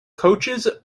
coaches